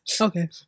Okay